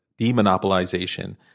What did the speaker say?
demonopolization